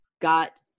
got